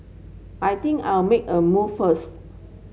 I think I'll make a move first